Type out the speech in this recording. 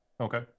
Okay